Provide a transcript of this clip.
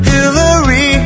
Hillary